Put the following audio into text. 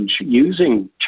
using